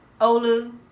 Olu